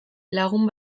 lagun